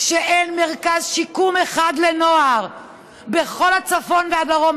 שאין מרכז שיקום אחד לנוער בכל הצפון והדרום,